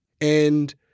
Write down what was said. and-